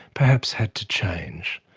perhaps had to change.